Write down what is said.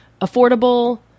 affordable